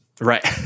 Right